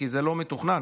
זה לא מתוכנן.